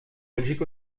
belgique